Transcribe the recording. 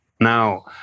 Now